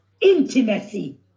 Intimacy